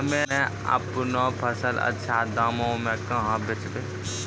हम्मे आपनौ फसल अच्छा दामों मे कहाँ बेचबै?